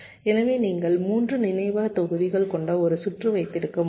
எனவே நீங்கள் 3 நினைவக தொகுதிகள் கொண்ட ஒரு சுற்று வைத்திருக்க முடியும்